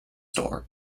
store